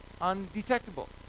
undetectable